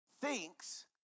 thinks